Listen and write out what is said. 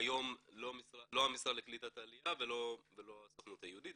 כיום לא המשרד לקליטת עליה ולא הסוכנות היהודית.